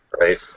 right